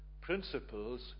principles